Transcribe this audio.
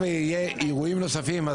ויהיו אירועים נוספים,